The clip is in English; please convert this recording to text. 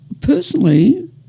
Personally